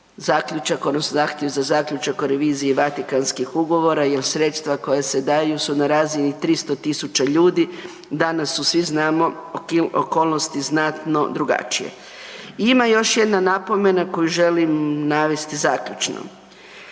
zaključak odnosno zahtjev za zaključak o reviziji vatikanskih ugovora, jer sredstva koja se daju su na razini 300 tisuća ljudi. Danas su, svi znamo, okolnosti znatno drugačije. Ima još jedna napomena koju želim navesti zaključno.